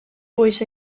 bwys